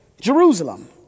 Jerusalem